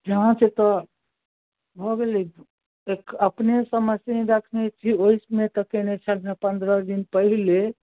जाँच तऽ भऽ गेलै एक अपनेसँ मशीन रखने छी ओहिमे तऽ केने छलिए पनरह दिन पहिले